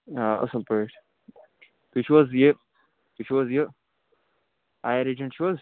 آ اَصٕل پٲٹھۍ تُہۍ چھُو حظ یہِ تُہۍ چھُو حظ یہِ اَیَر ایجَنٛٹ چھِو حظ